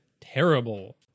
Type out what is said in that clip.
terrible